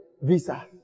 visa